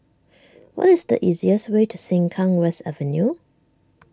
what is the easiest way to Sengkang West Avenue